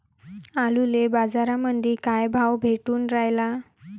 आलूले बाजारामंदी काय भाव भेटून रायला?